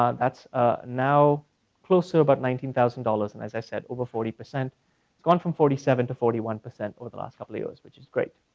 um that's ah now closer, about nineteen thousand dollars and as i said over forty. it's gone from forty seven to forty one percent for the last couple of years, which is great.